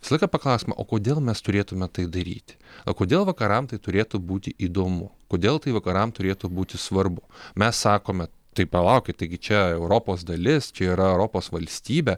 visą laiką paklauskime o kodėl mes turėtume tai daryti o kodėl vakaram tai turėtų būti įdomu kodėl tai vakaram turėtų būti svarbu mes sakome tai palaukit taigi čia europos dalis čia yra europos valstybė